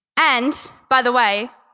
and by the way,